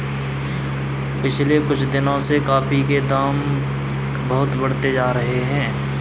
पिछले कुछ दिनों से कॉफी के दाम बहुत बढ़ते जा रहे है